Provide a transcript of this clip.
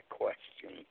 question